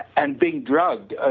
and being drugged ah